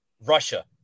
Russia